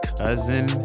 cousin